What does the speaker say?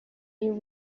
y’u